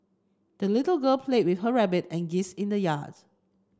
the little girl played with her rabbit and geese in the yards